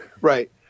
Right